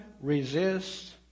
resists